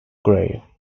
grail